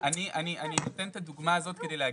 אני נותן את הדוגמה הזאת כדי להגיד,